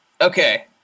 Okay